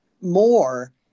more